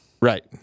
Right